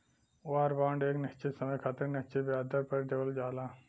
वार bond एक निश्चित समय खातिर निश्चित ब्याज दर पर देवल जाला